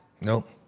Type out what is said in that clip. Nope